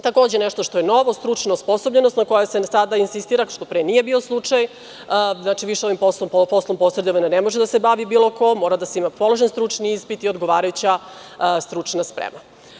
Takođe nešto što je novo, stručna osposobljenost na kojoj se sada insistira, što pre nije bio slučaj, znači više ovim poslom posredovanja ne može da se bavi bilo ko, mora da se ima položen stručni ispit i odgovarajuća stručna sprema.